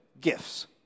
gifts